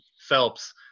Phelps